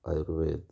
Ayurveda